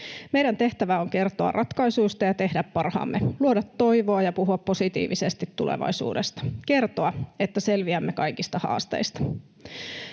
Meidän tehtävä on kertoa ratkaisuista ja tehdä parhaamme, luoda toivoa ja puhua positiivisesti tulevaisuudesta, kertoa, että selviämme kaikista haasteista.